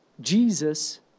Jesus